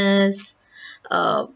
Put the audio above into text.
illness um